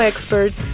experts